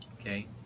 okay